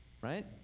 right